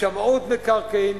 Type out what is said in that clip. "שמאות מקרקעין,